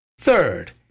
Third